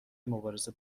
مبارزه